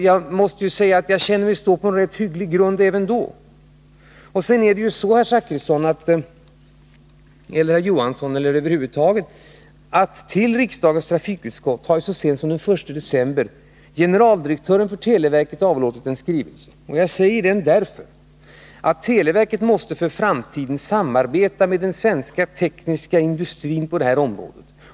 Jag måste säga att jag kände mig stå på en rätt hygglig grund även i det här avseendet. Sedan är det också så, herr Zachrisson — jag skulle kanske vända mig också till herr Johansson och flera andra — att generaldirektören för televerket så sent som den 1 december har avlåtit en skrivelse till riksdagens trafikutskott. Jag nämner det här brevet därför att televerket måste för framtiden samarbeta med den svenska tekniska industrin på det här området.